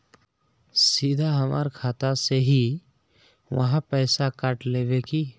सीधा हमर खाता से ही आहाँ पैसा काट लेबे की?